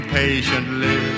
patiently